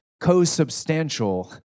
co-substantial